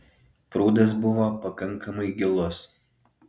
prūdas buvo pakankamai gilus